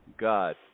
God